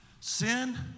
Sin